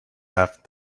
have